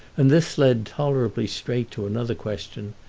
and this led tolerably straight to another question,